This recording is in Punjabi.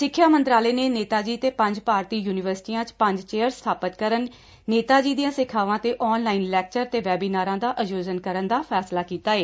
ਸਿੱਖਿਆ ਮੰਤਰਾਲੇ ਨੇ ਨੇਤਾ ਜੀ ਤੇ ਪੰਜ ਭਾਰਤੀ ਯਨੀਵਰਸਿਟੀਆਂ 'ਚ ਪੰਜ ਚੇਅਰ ਸਬਾਪਤ ਕਰਨ ਨੇਤਾ ਜੀ ਦੀਆਂ ਸਿੱਖਿਆਵਾਂ ਤੇ ਆਨ ਲਾਈਨ ਲੈਕਚਰ ਤੇ ਵੈਬੀਨਾਰਾਂ ਦਾ ਆਯੂਜਨ ਕਰਨ ਦਾ ਫੈਸਲਾ ਕੀਤਾ ਏ